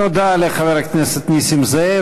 תודה לחבר הכנסת נסים זאב.